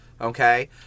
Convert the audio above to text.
Okay